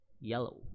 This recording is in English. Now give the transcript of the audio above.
yellow